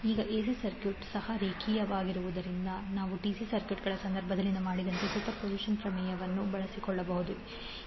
ಈಗ AC circuit ಸಹ ರೇಖೀಯವಾಗಿರುವುದರಿಂದ ನೀವು ಡಿಸಿ ಸರ್ಕ್ಯೂಟ್ಗಳ ಸಂದರ್ಭದಲ್ಲಿ ಮಾಡಿದಂತೆಯೇ ಸೂಪರ್ಪೋಸಿಷನ್ ಪ್ರಮೇಯವನ್ನು ಬಳಸಿಕೊಳ್ಳಬಹುದು